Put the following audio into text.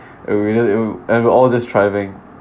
and we're all we're all just thriving